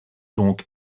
donc